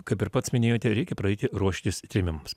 kaip ir pats minėjote reikia pradėti ruoštis trėmimams